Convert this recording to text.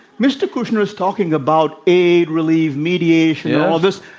mr. kouchner is talking about aid, relief, mediation yes. all this.